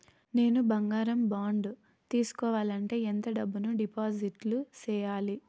నేను బంగారం బాండు తీసుకోవాలంటే ఎంత డబ్బును డిపాజిట్లు సేయాలి?